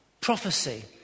prophecy